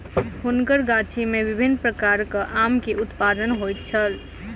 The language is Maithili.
हुनकर गाछी में विभिन्न प्रकारक आम के उत्पादन होइत छल